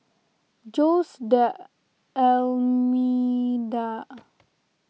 Jose D'Almeida